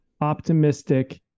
optimistic